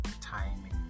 timing